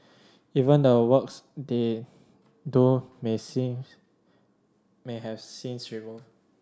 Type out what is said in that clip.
even the works they do may sees may have scenes removed